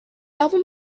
album